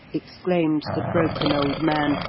exclaimed the broken old man,